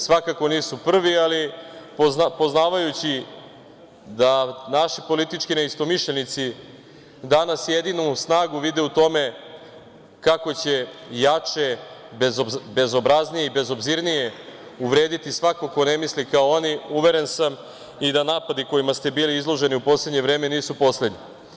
Svakako nisu prvi, ali poznajući da naši politički neistomišljenici danas jedinu snagu vide u tome kako će jače, bezobraznije i bezobzirnije uvrediti svakoga ko ne misli kao oni, uveren sam i da napadi kojima ste bili izloženi u poslednje vreme nisu poslednji.